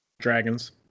dragons